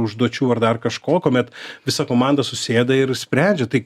užduočių ar dar kažko kuomet visa komanda susėda ir sprendžia tai